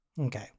Okay